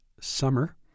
Summer